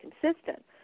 consistent